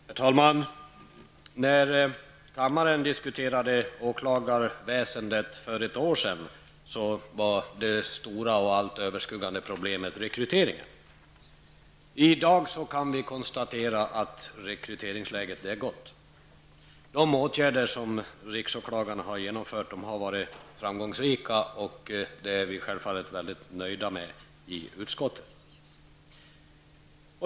Herr talman! När kammaren diskuterade åklagarväsendet för ett år sedan var det stora och allt överskuggande problemet rekryteringen. I dag kan vi konstatera att rekryteringsläget är gott. De åtgärder som riksåklagaren har vidtagit har varit framgångsrika, vilket vi i utskottet självfallet är väldigt nöjda med.